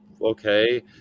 okay